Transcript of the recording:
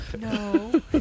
No